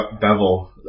Bevel